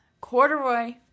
Corduroy